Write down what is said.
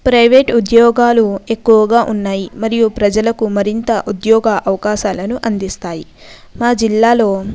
private ఉద్యోగాలు ఎక్కువగా ఉన్నాయి మరియు ప్రజలకు మరింత ఉద్యోగ అవకాశాలను అందిస్తాయి మా జిల్లాలో